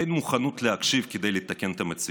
אין מוכנות להקשיב כדי לתקן את המציאות.